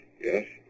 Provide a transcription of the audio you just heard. Yes